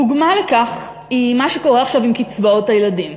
דוגמה לכך היא מה שקורה עכשיו עם קצבאות הילדים.